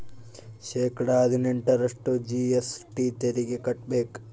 ಶೇಕಡಾ ಹದಿನೆಂಟರಷ್ಟು ಜಿ.ಎಸ್.ಟಿ ತೆರಿಗೆ ಕಟ್ಟ್ಬೇಕು